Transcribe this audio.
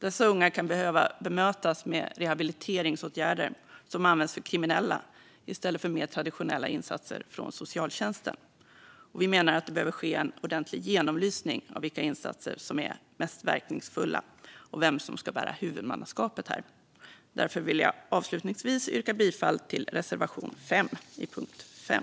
Dessa unga kan behöva bemötas med rehabiliteringsåtgärder som används för kriminella i stället för med traditionella insatser från socialtjänsten. Vi menar att det behöver ske en ordentlig genomlysning av vilka insatser som är mest verkningsfulla och vem som ska bära huvudmannaskapet för de olika insatserna. Jag vill avslutningsvis yrka bifall till reservation 5 under punkt 5.